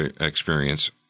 experience